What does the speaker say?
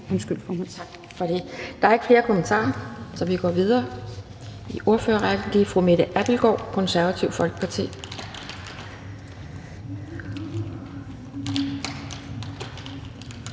Der er ikke flere kommentarer, så vi går videre i ordførerrækken.